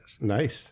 Nice